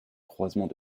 croisement